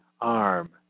arm